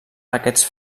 aquests